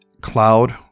Cloud